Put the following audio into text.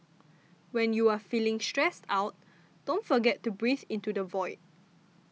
when you are feeling stressed out don't forget to breathe into the void